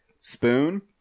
spoon